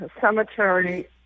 cemetery